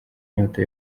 inyota